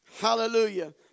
Hallelujah